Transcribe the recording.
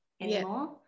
anymore